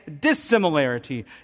dissimilarity